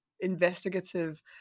investigative